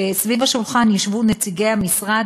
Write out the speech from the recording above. וסביב השולחן ישבו נציגי המשרד,